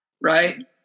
right